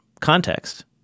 context